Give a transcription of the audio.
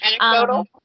Anecdotal